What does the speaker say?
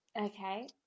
Okay